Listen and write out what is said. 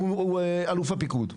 הוא אלוף הפיקוד.